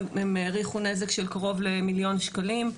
והם העריכו נזק של קרוב למיליון שקלים.